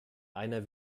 einer